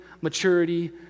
maturity